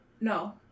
No